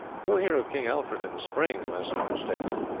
you will hear of king alfred in the spring, unless i am mistaken.